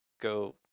Go